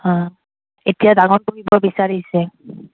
এতিয়া ডাঙৰ কৰিব বিচাৰিছে